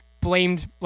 blamed